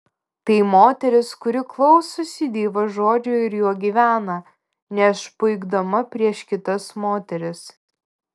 tai moteris kuri klausosi dievo žodžio ir juo gyvena neišpuikdama prieš kitas moteris